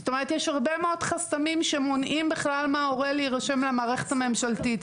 זאת אומרת יש הרבה מאוד חסמים שמונעים מההורה להירשם למערכת הממשלתית,